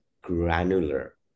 granular